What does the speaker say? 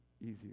easier